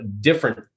different